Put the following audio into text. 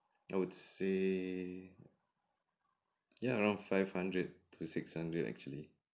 I would say ya around five hundred to six hundred actually